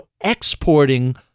exporting